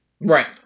Right